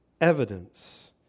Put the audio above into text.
evidence